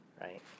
right